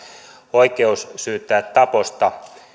oikeus syyttää taposta